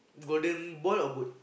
golden boy or boat